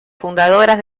fundadoras